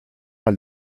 elle